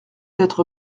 être